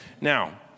now